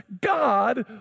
God